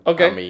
Okay